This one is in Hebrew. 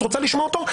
את רוצה לשמוע אותו,